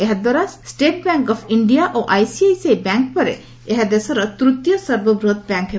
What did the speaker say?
ଏହାଦ୍ୱାରା State Bank of India ଓ ICICI bank ପରେ ଏହା ଦେଶର ତୂତୀୟ ସର୍ବବୃହତ୍ ବ୍ୟାଙ୍କ ହେବ